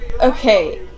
Okay